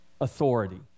authority